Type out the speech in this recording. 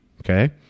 Okay